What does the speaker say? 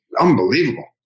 unbelievable